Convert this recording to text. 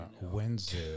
Wednesday